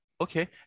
Okay